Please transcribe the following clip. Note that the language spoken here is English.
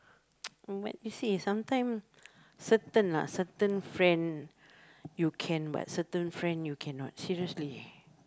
but you see sometime certain lah certain friend you can but certain friend you cannot seriously